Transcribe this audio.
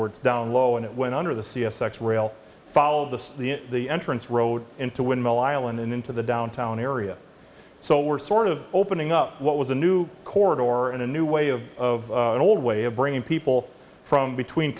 words down low and it went under the c s x rail follow the the entrance road into windmill island and into the downtown area so we're sort of opening up what was a new chord or a new way of of an old way of bringing people from between